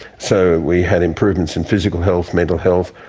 so, we had improvements in physical health, mental health,